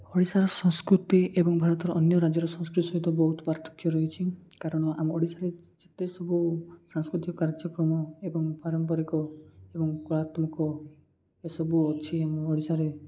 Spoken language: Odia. ଓଡ଼ିଶାର ସଂସ୍କୃତି ଏବଂ ଭାରତର ଅନ୍ୟ ରାଜ୍ୟର ସଂସ୍କୃତି ସହିତ ବହୁତ ପାର୍ଥକ୍ୟ ରହିଛି କାରଣ ଆମ ଓଡ଼ିଶାରେ ଯେତେ ସବୁ ସାଂସ୍କୃତିକ କାର୍ଯ୍ୟକ୍ରମ ଏବଂ ପାରମ୍ପରିକ ଏବଂ କଳାତ୍ମକ ଏସବୁ ଅଛି ଆମ ଓଡ଼ିଶାରେ